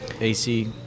AC